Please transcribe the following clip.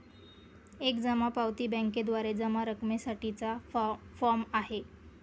एक जमा पावती बँकेद्वारे जमा रकमेसाठी चा फॉर्म आहे